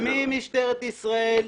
ממשטרת ישראל,